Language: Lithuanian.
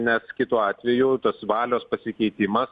nes kitu atveju tos valios pasikeitimas